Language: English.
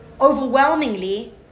overwhelmingly